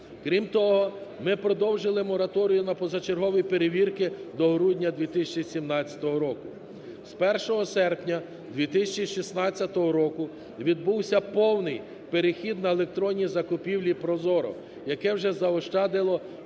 Крім того, ми продовжили мораторій на позачергові перевірки до грудня 2017 року. З 1 серпня 2016 року відбувся повний перехід на електронні закупівлі "ProZorro", яке вже заощадило